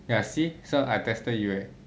ya see so I tested you right